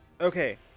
Okay